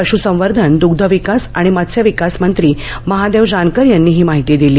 पश्सवर्धन द्ग्धविकास आणि मत्स्यविकासमंत्री महादेव जानकर यांनी ही माहिती दिली